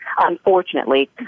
unfortunately